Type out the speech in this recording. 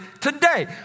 today